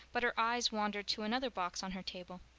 but her eyes wandered to another box on her table.